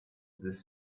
this